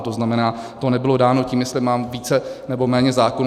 To znamená, to nebylo dáno tím, jestli mám více nebo méně zákonů.